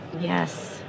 Yes